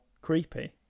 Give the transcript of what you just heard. creepy